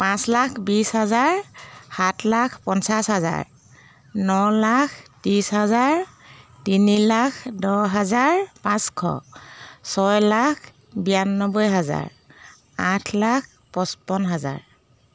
পাঁচ লাখ বিছ হাজাৰ সাত লাখ পঞ্চাছ হাজাৰ ন লাখ ত্ৰিছ হাজাৰ তিনি লাখ দহ হাজাৰ পাঁচশ ছয় লাখ বিয়ান্নব্বৈ হাজাৰ আঠ লাখ পছপন্ন হাজাৰ